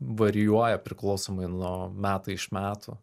varijuoja priklausomai nuo metai iš metų